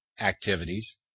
activities